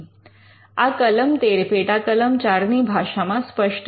આ પેટાકલમ 13 ની ભાષા માં સ્પષ્ટ છે